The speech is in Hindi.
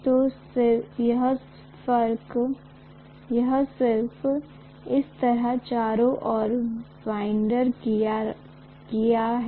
तो यह सिर्फ इस तरह चारों ओर वाइन्ड किया है